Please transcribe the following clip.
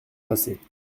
passer